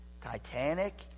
Titanic